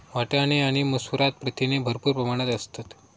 वाटाणे आणि मसूरात प्रथिने भरपूर प्रमाणात असतत